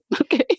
okay